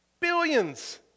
Billions